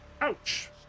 Ouch